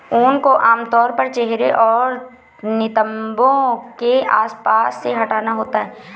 ऊन को आमतौर पर चेहरे और नितंबों के आसपास से हटाना होता है